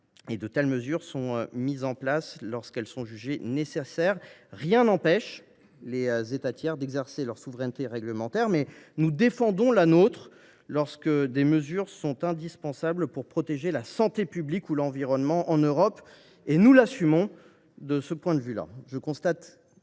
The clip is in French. De telles mesures sont mises en place lorsqu’elles sont jugées nécessaires. Rien n’empêche les États tiers d’exercer leur souveraineté réglementaire. Nous défendons la nôtre. Lorsque des mesures sont indispensables pour protéger la santé publique ou l’environnement en Europe, nous les assumons. Je constate que les